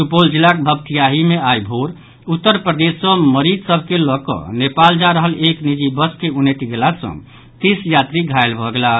सुपौल जिलाक भपटियाही मे आइ भोर उत्तर प्रदेश सँ मरीज सभ के लऽ कऽ नेपाल जा रहल एक निजी बस के उनटि गेला सँ तीस यात्री घायल भऽ गेलाह